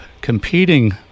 competing